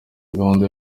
gahunda